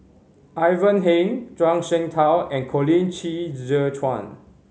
Ivan Heng Zhuang Shengtao and Colin Qi Zhe Quan